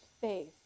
faith